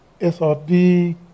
SRD